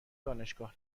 دانشگاه